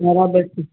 બરાબર છે